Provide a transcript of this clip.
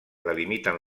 delimiten